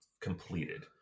completed